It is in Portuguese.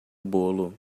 bolo